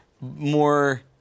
More